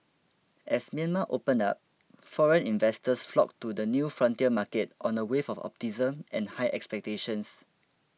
as Myanmar opened up foreign investors flocked to the new frontier market on a wave of optimism and high expectations